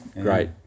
great